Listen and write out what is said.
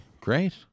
great